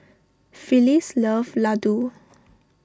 Phyllis loves Laddu